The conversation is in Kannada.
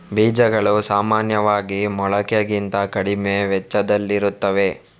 ಬೀಜಗಳು ಸಾಮಾನ್ಯವಾಗಿ ಮೊಳಕೆಗಿಂತ ಕಡಿಮೆ ವೆಚ್ಚದಲ್ಲಿರುತ್ತವೆ